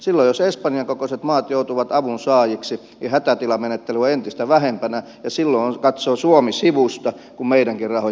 silloin jos espanjan kokoiset maat joutuvat avun saajiksi hätätilamenettely on entistä lähempänä ja silloin katsoo suomi sivusta kun meidänkin rahoja käytetään